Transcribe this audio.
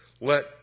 let